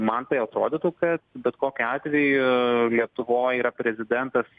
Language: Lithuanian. man tai atrodytų kad bet kokiu atveju lietuvoj yra prezidentas